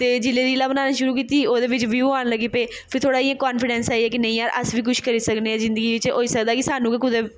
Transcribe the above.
ते जिल्लै रीलां बनाना शुरू कीती ओह्दे बिच्च ब्यू औन लगी पे फ्ही थोह्ड़ा इ'यां कांफिडैंस आई गेआ कि नेईं यार अस बी कुछ करी सकने आं जिन्दगी बिच्च होई सकदा कि सानूं बी कुदै